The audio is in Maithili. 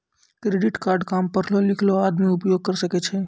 क्रेडिट कार्ड काम पढलो लिखलो आदमी उपयोग करे सकय छै?